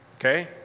okay